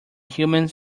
humans